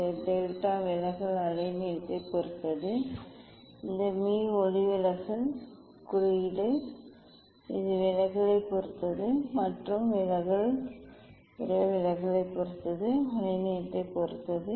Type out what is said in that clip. இந்த டெல்டா விலகல் அலைநீளத்தைப் பொறுத்தது இந்த mu ஒளிவிலகல் குறியீடு இது விலகலைப் பொறுத்தது மற்றும் விலகல் ஒரே விலகலைப் பொறுத்தது அலைநீளத்தைப் பொறுத்தது